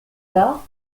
par